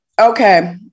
Okay